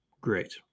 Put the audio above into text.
Great